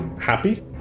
happy